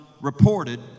reported